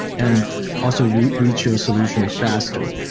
and also reach reach your solution faster.